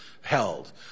held